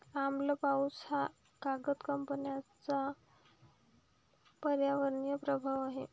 आम्ल पाऊस हा कागद कंपन्यांचा पर्यावरणीय प्रभाव आहे